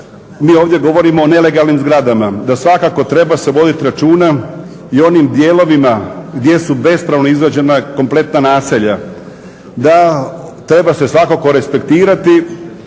mi ovdje govorimo o nelegalnim zgradama, da svakako treba se voditi računa i onim dijelovima gdje su bespravno izgrađena kompletna naselja, da treba se svakako respektirati